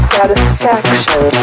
Satisfaction